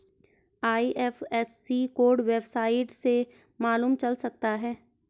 IFSC code website से मालूम चल सकता है